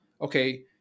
okay